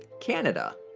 canada!